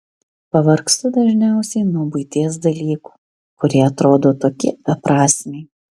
pavargstu dažniausiai nuo buities dalykų kurie atrodo tokie beprasmiai